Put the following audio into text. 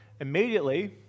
Immediately